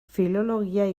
filologia